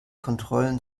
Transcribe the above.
kontrollen